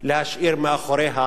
להשאיר מאחוריה